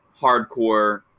hardcore